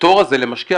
הפטור הזה למשקיע,